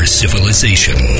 civilization